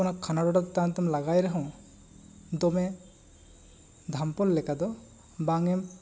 ᱚᱱᱟ ᱠᱷᱟᱱᱟᱞᱚᱰᱚ ᱪᱮᱛᱟᱱ ᱨᱮ ᱞᱟᱜᱟᱭ ᱨᱮᱦᱚᱸ ᱫᱚᱢᱮ ᱫᱷᱟᱢᱯᱚᱞ ᱞᱮᱠᱟ ᱫᱚ ᱵᱟᱝ ᱮᱢ ᱟᱴᱠᱟᱨᱟ